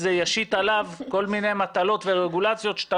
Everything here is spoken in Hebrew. זה ישית עליו כל מיני מטלות ורגולציות שאתה